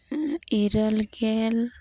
ᱤᱨᱟᱹᱞ ᱜᱮᱞ